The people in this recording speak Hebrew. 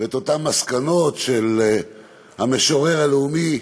ואת אותן מסקנות של המשורר הלאומי